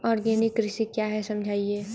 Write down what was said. Organic कृषि क्या है समझाइए?